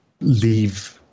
Leave